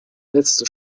letzte